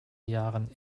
jahren